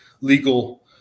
legal